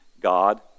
God